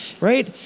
right